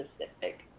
specific